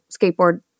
skateboard